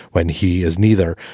when he is neither.